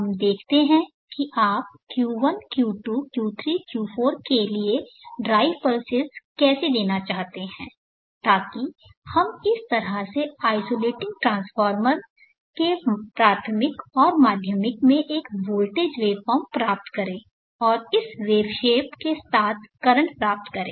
हम देखते हैं कि आप Q1 Q2 Q3 Q4 के लिए ड्राइव पल्सेस कैसे देना चाहते हैं ताकि हम इस तरह से आइसोलेटिंग ट्रांसफॉर्मर के प्राथमिक और माध्यमिक में एक वोल्टेज वेवफॉर्म प्राप्त करें और इस वेव शेप के साथ करंट प्राप्त करें